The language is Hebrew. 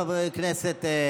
חברי הכנסת,